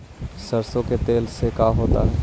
सरसों के तेल से का होता है?